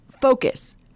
focus